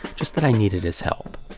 just that i needed his help.